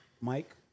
Mike